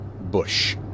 Bush